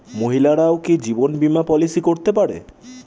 মহিলারাও কি জীবন বীমা পলিসি করতে পারে?